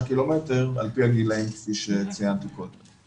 קילומטר על פי הגילאים כפי שציינתי קודם.